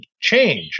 change